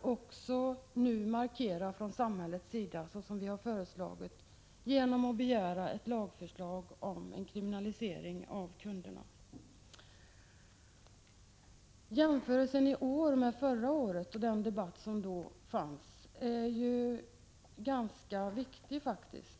och göra en markering från samhällets sida — såsom vi har föreslagit — genom ett lagförslag om en kriminalisering av kunderna. Jämförelsen i år med förra året och den debatt som då fördes är faktiskt ganska viktig.